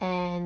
and